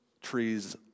trees